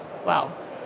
Wow